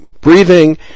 breathing